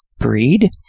breed